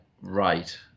right